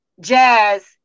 jazz